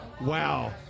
Wow